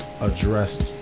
addressed